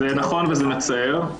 זה נכון וזה מצער.